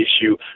issue